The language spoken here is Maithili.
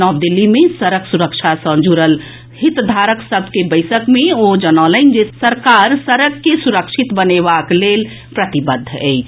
नव दिल्ली मे सड़क सुरक्षा सॅ जुड़ल हितधारक सभ के बैसक मे ओ जनौलनि जे सरकार सड़क के सुरक्षित बनेबाक लेल प्रतिबद्ध अछि